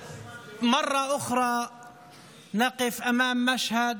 ואנחנו נמשיך להתעמת עם הממשלה